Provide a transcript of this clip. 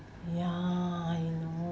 ya I know